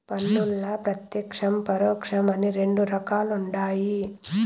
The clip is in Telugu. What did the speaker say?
పన్నుల్ల ప్రత్యేక్షం, పరోక్షం అని రెండు రకాలుండాయి